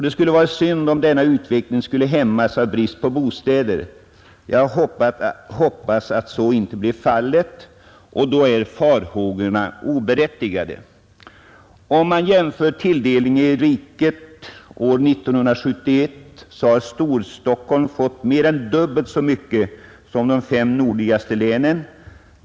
Det skulle vara synd, om denna utbyggning nu hämmades av brist på bostäder. Jag hoppas att så inte blir fallet, och då är farhågorna oberättigade. Om man jämför tilldelningen i riket år 1971 finner man att Storstockholm fått mer än dubbelt så mycket som de fem nordligaste länen.